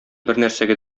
бернәрсәгә